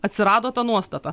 atsirado ta nuostata